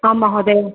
आं महोदय